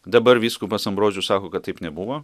dabar vyskupas ambrozijus sako kad taip nebuvo